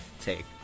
take